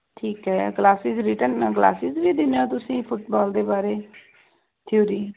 ਠੀਕ ਹੈ classes written ਨਾਲ ਕਲਾਸਿਸ ਵੀ ਦਿੰਦੇ ਹੋ ਤੁਸੀਂ ਫੁੱਟਬਾਲ ਦੇ ਬਾਰੇ ਥਿਊਰੀ